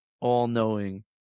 all-knowing